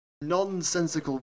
nonsensical